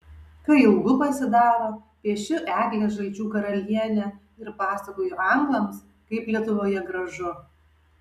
kai ilgu pasidaro piešiu eglę žalčių karalienę ir pasakoju anglams kaip lietuvoje gražu